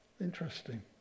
Interesting